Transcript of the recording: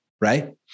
right